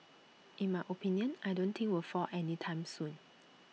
in my opinion I don't think will fall any time soon